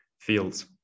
fields